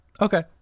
okay